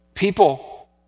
People